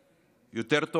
יותר טוב מרוב